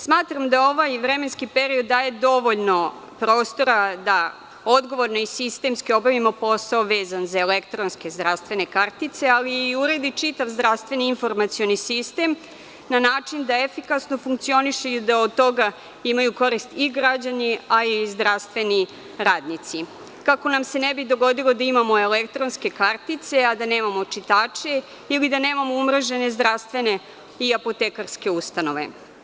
Smatram da ovaj vremenski period daje dovoljno prostora da odgovorno i sistemski obavimo posao vezan za elektronske zdravstvene kartice, ali i uredimo čitav zdravstveni informacioni sistem na način da efikasno funkcioniše i da od toga imaju korist i građani, a i zdravstveni radnici, kako nam se ne bi dogodilo da imamo elektronske kartice, a da nemamo čitače ili da nemamo umrežene zdravstvene i apotekarske ustanove.